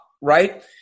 right